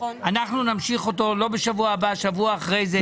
אנחנו נמשיך אותו לא בשבוע הבא, שבוע אחרי זה.